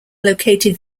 located